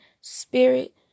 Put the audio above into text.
spirit